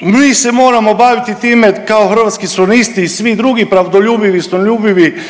mi se moramo baviti time kao hrvatski suverenisti i svi drugi pravdoljubivi, istinoljubivi